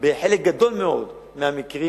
בחלק גדול מאוד מהמקרים,